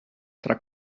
tra